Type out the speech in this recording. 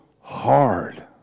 hard